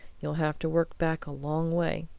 you'd have to work back a long way.